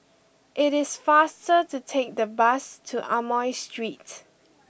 it is faster to take the bus to Amoy Street